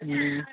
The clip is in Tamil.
ம்